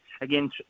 Again